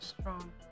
strong